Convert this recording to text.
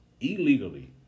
illegally